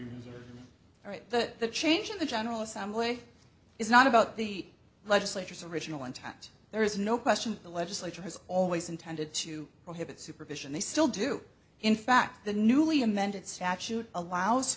that the change in the general assembly is not about the legislature's original intent there is no question the legislature has always intended to prohibit supervision they still do in fact the newly amended statute allows